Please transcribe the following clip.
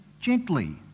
gently